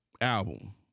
album